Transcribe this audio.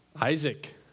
Isaac